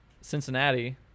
Cincinnati